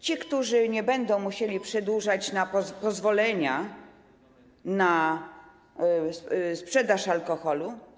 Ci, którzy nie będą musieli przedłużać pozwolenia na sprzedaż alkoholu.